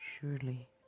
surely